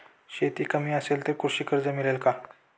शेती कमी असेल तर कृषी कर्ज मिळेल का?